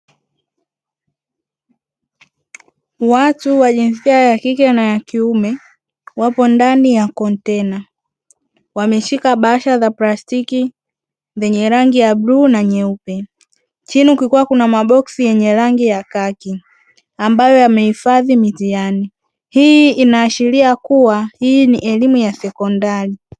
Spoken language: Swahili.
Watu wa jinsia ya kike na ya kiume wapo ndani ya kontena, wameshika bahasha za plastiki zenye rangi ya bluu na nyeupe. Chini kukiwa kuna maboksi yenye rangi ya khaki ambayo yamehifadhi mitihani. Hii inaashiria kuwa hii ni elimu ya sekondari.